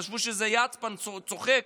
חשבו שזה יצפאן צוחק